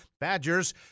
Badgers